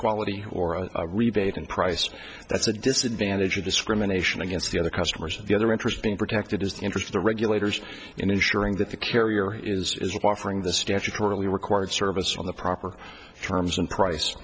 quality or a rebate in price that's a disadvantage of discrimination against the other customers and the other interest being protected is the interest of the regulators in ensuring that the carrier is offering the statutorily required service or the proper terms and price